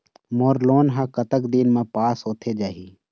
मोर loan हा कतक दिन मा पास होथे जाही?